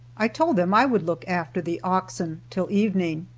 i told them i would look after the oxen till evening,